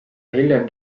hiljem